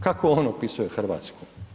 Kako on opisuje Hrvatsku?